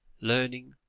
learning,